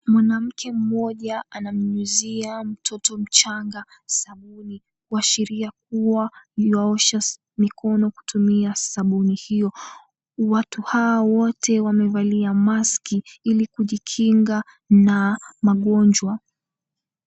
Mwanamke mmoja anamuuzia mtoto mchanga sabuni kuashiria kuwa ywaosha mikono kutumia sabuni hio. Watu hawa wote wamevalia maski ili kujikinga na magonjwa.